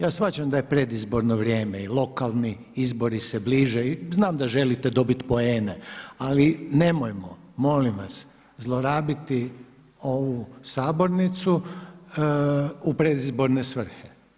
Ja shvaćam da je predizborno vrijeme, lokalni izbori se bliže i znam da želite dobit poene ali nemojmo molim vas zlorabiti ovu sabornicu u predizborne svrhe.